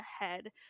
ahead